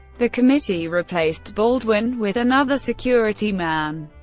the committee replaced baldwin with another security man.